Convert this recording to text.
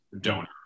donor